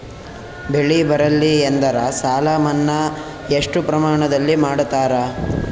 ಬೆಳಿ ಬರಲ್ಲಿ ಎಂದರ ಸಾಲ ಮನ್ನಾ ಎಷ್ಟು ಪ್ರಮಾಣದಲ್ಲಿ ಮಾಡತಾರ?